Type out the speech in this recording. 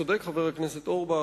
צודק חבר הכנסת אורבך,